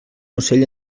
ocell